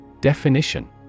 Definition